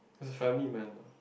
as a family man lah